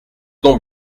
donc